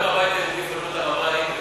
א.